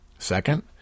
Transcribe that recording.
Second